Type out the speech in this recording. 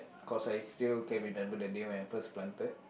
cause I still can remember the day when I first planted